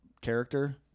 character